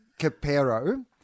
Capero